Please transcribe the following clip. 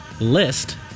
list